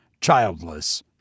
childless